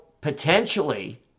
potentially